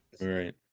right